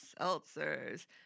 seltzers